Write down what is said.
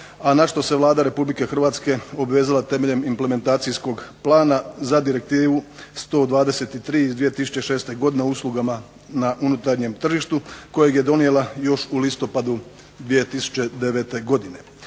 a na što se Vlada Republike Hrvatske obvezala temeljem implementacijskog plana za Direktivu 123/2006 o uslugama na unutarnjem tržištu kojeg je donijela još u listopadu 2009. godine.